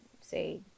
say